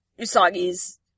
Usagi's